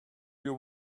you